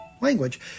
language